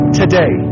today